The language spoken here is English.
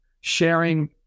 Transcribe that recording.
sharing